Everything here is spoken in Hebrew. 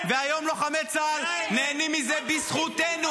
והיום לוחמי צה"ל נהנים מזה בזכותנו,